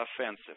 offensive